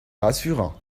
rassurant